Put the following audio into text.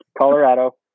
Colorado